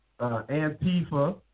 Antifa